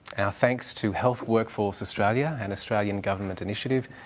thanks to health workforce australia, an australian government initiative,